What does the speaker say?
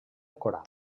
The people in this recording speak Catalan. coral